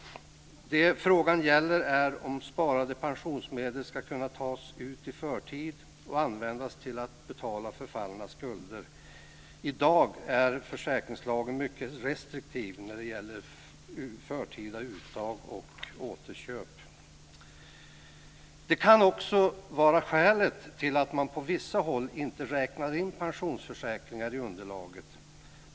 Det som frågan gäller är huruvida sparade pensionsmedel ska kunna tas ut i förtid och användas till att betala förfallna skulder. I dag är försäkringslagen mycket restriktiv när det gäller förtida uttag och återköp. Detta kan också vara skälet till att man på vissa håll inte räknar in pensionsförsäkringar i underlaget.